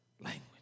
language